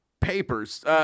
papers